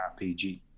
RPG